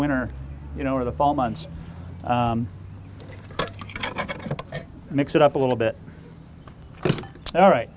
winter you know or the fall months and mix it up a little bit all right